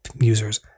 users